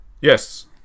Yes